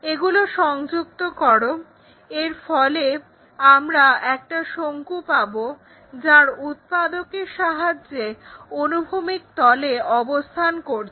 এগুলো সংযুক্ত করো যার ফলে আমরা একটা শঙ্কু পাবো যা তার উৎপাদকের সাহায্যে অনুভূমিক তলে অবস্থান করছে